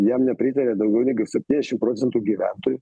jam nepritaria daugiau negu septyniasdešim procentų gyventojų